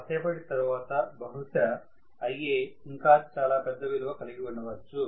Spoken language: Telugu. కాసేపటి తరవాత బహుశా Ia ఇంకా చాలా పెద్ద విలువ కలిగి ఉండొచ్చు